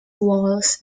walls